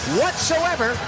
whatsoever